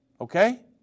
Okay